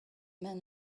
men